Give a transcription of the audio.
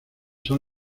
son